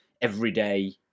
everyday